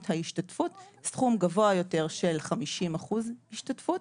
ההשתתפות סכום גבוה יותר של 50% השתתפות,